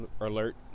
alert